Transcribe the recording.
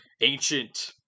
ancient